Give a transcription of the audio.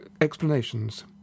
explanations